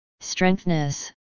strengthness